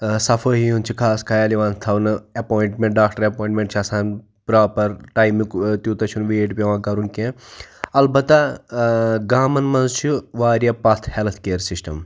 صَفٲیی ہُنٛد چھُ خاص خَیال یِوان تھاونہٕ ایٚپوٚیِنٛٹمنٹ ڈاکٹر ایٚپوٚیِنٛٹمنٹ چھِ آسان پراپَر ٹایمُک تیوٗتاہ چھُنہٕ ویٹ پیٚوان کَرُن کینٛہہ اَلبَتہ گامَن مَنٛز چھُ واریاہ پتھ ہیٚلتھ کیر سِسٹَم